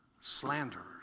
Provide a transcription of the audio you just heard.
slanderers